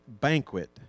banquet